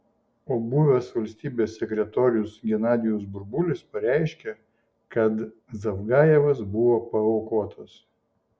o buvęs valstybės sekretorius genadijus burbulis pareiškė kad zavgajevas buvo paaukotas